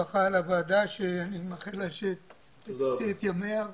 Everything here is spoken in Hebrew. ברכה לוועדה ואני מאחל לה שתוציא את ימיה ובהצלחה.